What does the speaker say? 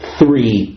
three